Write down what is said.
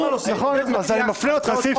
נכון, אז אני מפנה אותך לסעיף